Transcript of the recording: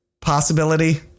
Possibility